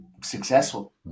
successful